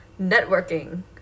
networking